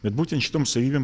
bet būtent šitom savybėm